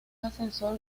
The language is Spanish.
ascensor